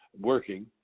working